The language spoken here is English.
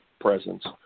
presence